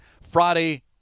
Friday